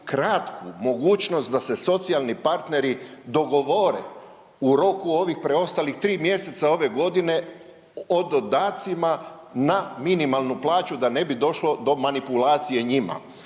kratku mogućnost da se socijalni partneri dogovore u roku ovih preostalih tri mjeseca ove godine o dodacima na minimalnu plaću da ne bi došlo do manipulacije njima.